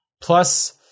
Plus